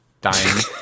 dying